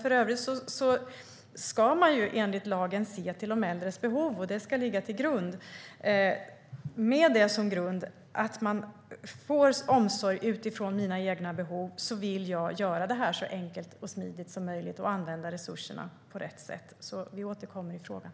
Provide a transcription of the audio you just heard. För övrigt ska man enligt lagen se till de äldres behov. Var och en ska få omsorg utifrån sina egna behov, så enkelt och smidigt som möjligt där resurserna användas på rätt sätt. Vi återkommer i frågan.